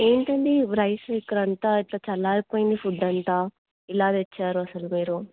ఏమిటి అండి రైస్ ఇక్కడ అంతా ఇట్లా చల్లారిపోయింది ఫుడ్ అంతా ఇలా తెచ్చారు అసలు మీరు